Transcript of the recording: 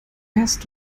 erst